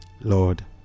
Lord